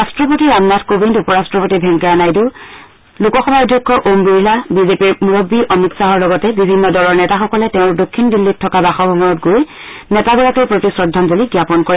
ৰাট্টপতি ৰামনাথ কোবিন্দ উপৰাট্টপতি ভেংকায়া নাইডু লোকসভাৰ অধ্যক্ষ ওম বিৰলা বিজেপিৰ মুৰববী অমিত শ্বাহৰ লগতে বিভিন্ন দলৰ নেতাসকলে তেওঁৰ দক্ষিণ দিন্নীত থকা বাসভৱনত গৈ শ্ৰদ্ধাঞ্জলী জ্ঞাপন কৰে